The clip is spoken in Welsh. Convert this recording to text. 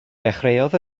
dechreuodd